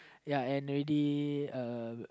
ya and already uh